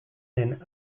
zen